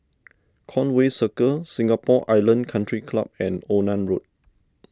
Conway Circle Singapore Island Country Club and Onan Road